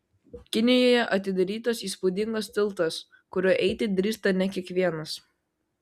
kinijoje atidarytas įspūdingas tiltas kuriuo eiti drįsta ne kiekvienas